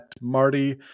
Marty